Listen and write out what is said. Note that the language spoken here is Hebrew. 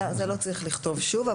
זה לא צריך לכתוב שוב,